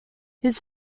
his